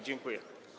Dziękuję.